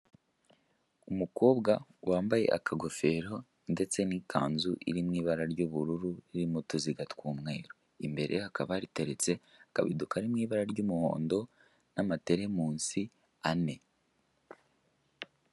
Umukobwa wambaye akagofero ndetse n'ikanzu iri mu ibara ry'ubururu irimo utuziga tw'umweru, imbere hakaba hateretse akabido kari mu ibara ry'umuhondo n'amateremusi ane.